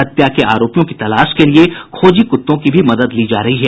हत्या के आरोपियों की तलाश के लिये खोजी कृत्तों की भी मदद ली जा रही है